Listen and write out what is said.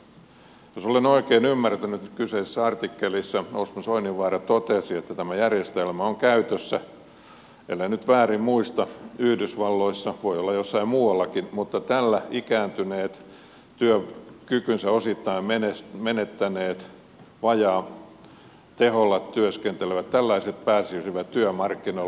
jos olen oikein ymmärtänyt kyseisessä artikkelissa osmo soininvaara totesi että tämä järjestelmä on käytössä ellen nyt väärin muista yhdysvalloissa voi olla jossain muuallakin ja tällä ikääntyneet työkykynsä osittain menettäneet vajaateholla työskentelevät tällaiset pääsisivät työmarkkinoille